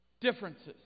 differences